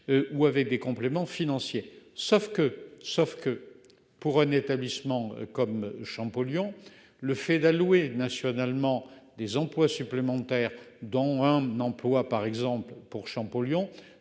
Ou avec des compléments financiers sauf que, sauf que pour un établissement comme Champollion. Le fait d'allouer nationalement des emplois supplémentaires dont un emploi par exemple pour Champollion